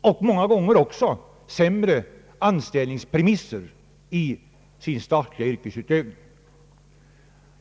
och många gånger också sämre anställningspremisser i sin statliga yrkesut övning.